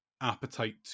appetite